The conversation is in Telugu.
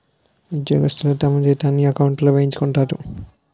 ఉద్యోగస్తులు తమ జీతాన్ని ఎకౌంట్లో వేయించుకుంటారు